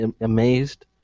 amazed